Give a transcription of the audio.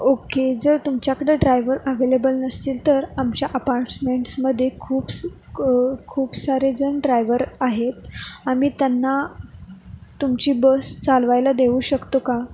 okay जर तुमच्याकडं driver available नसतील तर आमच्या अपार्टसमेंट्समध्ये खूप खूप सारेजण ड्रायव्हर आहेत आम्ही त्यांना तुमची बस चालवायला देऊ शकतो का